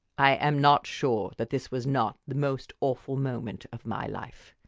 i am not sure that this was not the most awful moment of my life!